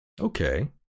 Okay